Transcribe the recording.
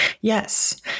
yes